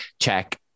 check